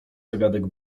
zagadek